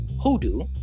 hoodoo